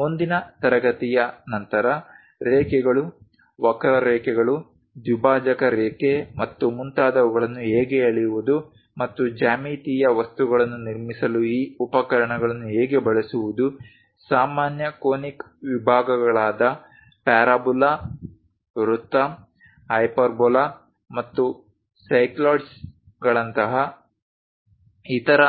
ಮುಂದಿನ ತರಗತಿಯ ನಂತರ ರೇಖೆಗಳು ವಕ್ರಾರೇಖೆಗಳು ದ್ವಿಭಾಜಕ ರೇಖೆ ಮತ್ತು ಮುಂತಾದವುಗಳನ್ನು ಹೇಗೆ ಎಳೆಯುವುದು ಮತ್ತು ಜ್ಯಾಮಿತೀಯ ವಸ್ತುಗಳನ್ನು ನಿರ್ಮಿಸಲು ಈ ಉಪಕರಣಗಳನ್ನು ಹೇಗೆ ಬಳಸುವುದು ಸಾಮಾನ್ಯ ಕೋನಿಕ್ ವಿಭಾಗಗಳಾದ ಪ್ಯಾರಾಬೋಲಾ ವೃತ್ತ ಹೈಪರ್ಬೋಲಾ ಮತ್ತು ಸೈಕ್ಲಾಯ್ಡ್ಗಳಂತಹ ಇತರ